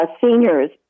seniors